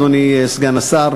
אדוני סגן השר,